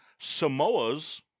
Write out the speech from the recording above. Samoas